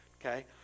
okay